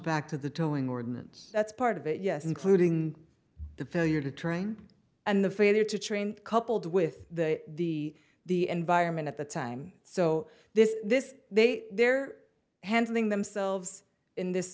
back to the towing ordinance that's part of it yes including the failure to train and the failure to train coupled with the the environment at the time so this this way they're handling themselves in this